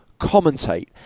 commentate